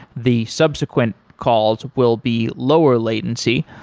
the subsequent calls will be lower latency.